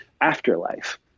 afterlife